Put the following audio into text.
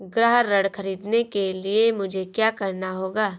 गृह ऋण ख़रीदने के लिए मुझे क्या करना होगा?